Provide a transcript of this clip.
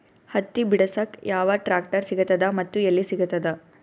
ಹತ್ತಿ ಬಿಡಸಕ್ ಯಾವ ಟ್ರಾಕ್ಟರ್ ಸಿಗತದ ಮತ್ತು ಎಲ್ಲಿ ಸಿಗತದ?